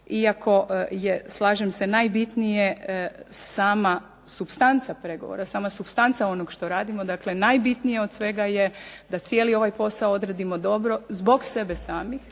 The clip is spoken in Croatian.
iako je slažem se najbitnije sama supstanca pregovora, sama supstanca onog što radimo, dakle najbitnije od svega je da cijeli ovaj posao odradimo dobro zbog sebe samih.